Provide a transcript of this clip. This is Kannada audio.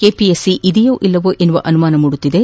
ಕೆಪಿಎಸ್ಸಿ ಇದೆಯೋ ಇಲ್ಲವೋ ಎಂಬ ಅನುಮಾನ ಮೂಡುತ್ತಿದೆ